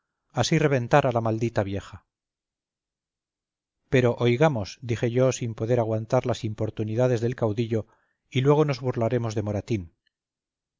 así reventara la maldita vieja pero oigamos dije yo sin poder aguantar las importunidades del caudillo y luego nos burlaremos de moratín